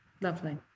Lovely